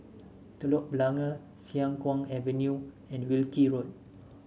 Telok Blangah Siang Kuang Avenue and Wilkie Road